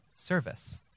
service